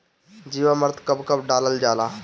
जीवामृत कब कब डालल जाला?